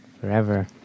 forever